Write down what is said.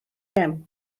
gem